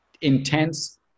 intense